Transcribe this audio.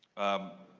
um,